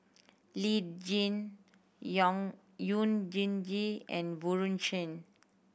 Lee Tjin young yew Jin Gee and Bjorn Shen